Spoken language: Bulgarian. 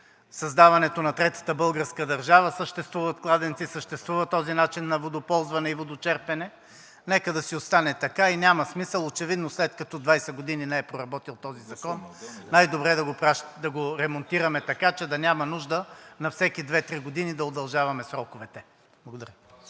създаването на Третата българска държава – съществуват кладенци, съществува този начин на водоползване и водочерпене. Нека да си остане така и няма смисъл очевидно, след като 20 години не е проработил този закон, най-добре е да го ремонтираме така, че да няма нужда на всеки две-три години да удължаваме сроковете. Благодаря.